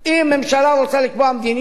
אם הממשלה רוצה לקבוע מדיניות,